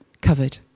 covered